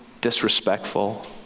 disrespectful